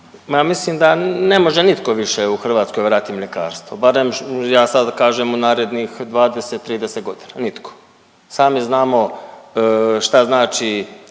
mislim da ne može nitko više u Hrvatskoj vratit mljekarstvo barem ja sad kažem u narednih 20, 30 godina. Nitko! Sami znamo šta znači